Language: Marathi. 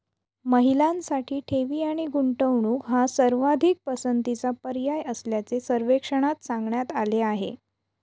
महिलांसाठी ठेवी आणि गुंतवणूक हा सर्वाधिक पसंतीचा पर्याय असल्याचे सर्वेक्षणात सांगण्यात आले आहे